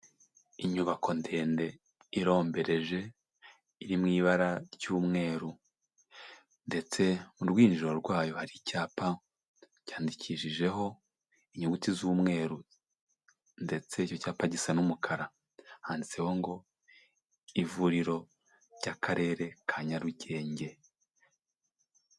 Inyubako ndende irombereje iri mu ibara ry'umweru ndetse mu rwinjiriro rwayo hari icyapa cyandikishijeho inyuguti z'umweru ndetse icyo cyapa gisa n'umukara handitseho ngo “Ivuriro ry'akarere ka Nyarugenge”.